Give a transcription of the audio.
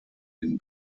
den